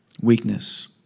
weakness